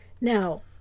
Now